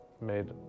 made